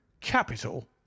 capital